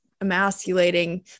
emasculating